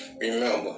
Remember